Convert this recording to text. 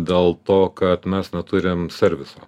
dėl to kad mes neturim serviso